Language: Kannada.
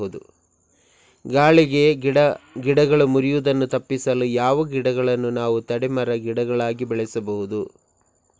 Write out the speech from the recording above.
ಗಾಳಿಗೆ ಗಿಡಗಳು ಮುರಿಯುದನ್ನು ತಪಿಸಲು ಯಾವ ಗಿಡಗಳನ್ನು ನಾವು ತಡೆ ಮರ, ಗಿಡಗಳಾಗಿ ಬೆಳಸಬಹುದು?